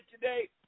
today